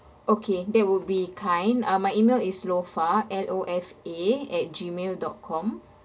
okay that would be kind uh my email is lofa L O F A at gmail dot com